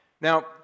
Now